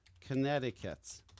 Connecticut